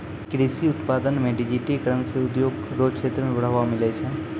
कृषि उत्पादन मे डिजिटिकरण से उद्योग रो क्षेत्र मे बढ़ावा मिलै छै